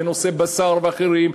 בנושא בשר ואחרים.